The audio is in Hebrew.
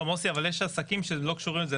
לא מוסי, אבל יש עסקים שלא קשורים לזה.